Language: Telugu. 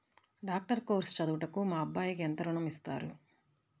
డాక్టర్ కోర్స్ చదువుటకు మా అబ్బాయికి ఎంత ఋణం ఇస్తారు?